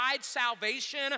salvation